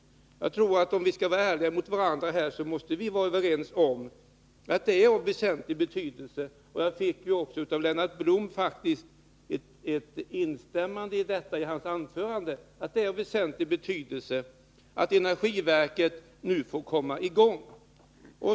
Om vi skall vara ärliga mot varandra, är vi säkert överens om att det är av väsentlig betydelse att energiverkets arbete nu kommer i gång. Lennart Blom instämde i sitt anförande faktiskt i detta.